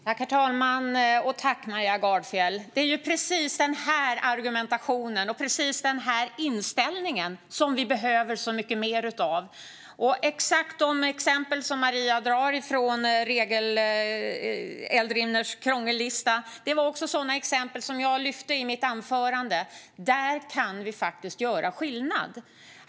Herr talman! Tack, Maria Gardfjell! Det är precis den här argumentationen och precis den här inställningen som vi behöver så mycket mer av. Exakt de exempel som Maria drar från Eldrimners krångellista var också sådana som jag lyfte i mitt anförande. Där kan vi faktiskt göra skillnad.